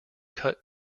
cut